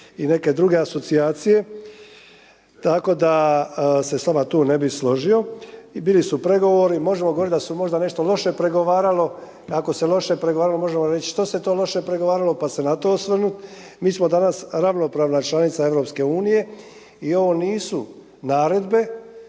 i neke druge asocijacije, tako da se tu s vama ne bi složio. I bili su pregovori, možemo govoriti da se nešto možda pregovaralo i ako se loše pregovaralo možemo reći što se to loše pregovaralo pa se na to osvrnut. Mi smo danas ravnopravna članica EU i ovo nisu naredbe,